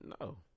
No